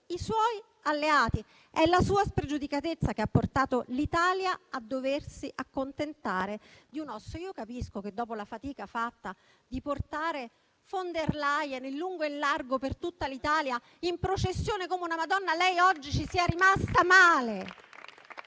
i suoi alleati. È la sua spregiudicatezza che ha portato l'Italia a doversi accontentare di un osso. Capisco che, dopo la fatica fatta di portare von der Leyen in lungo e in largo per tutta l'Italia in processione come una Madonna, lei oggi ci sia rimasta male